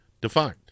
defined